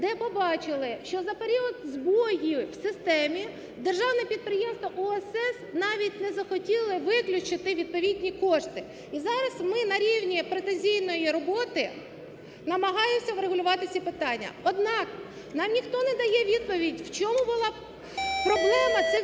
де побачили, що за період збоїв у системі державне підприємство "УСС" навіть не захотіли виключити відповідні кошти. І зараз ми на рівні претензійної роботи намагаємося врегулювати ці питання. Однак, нам ніхто не дає відповідь, у чому була проблема цих збоїв.